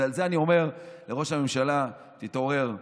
ועל זה אני אומר לראש הממשלה: תתעורר.